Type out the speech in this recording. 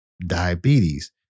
diabetes